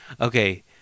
Okay